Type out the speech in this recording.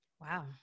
Wow